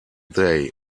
they